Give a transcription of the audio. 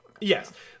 Yes